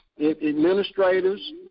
Administrators